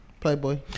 Playboy